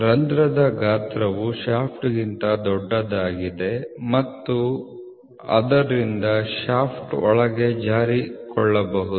ರಂಧ್ರದ ಗಾತ್ರವು ಶಾಫ್ಟ್ಗಿಂತ ದೊಡ್ಡದಾಗಿದೆ ಆದ್ದರಿಂದ ಶಾಫ್ಟ್ ಒಳಗೆ ಜಾರಿಕೊಳ್ಳಬಹುದು